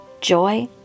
joy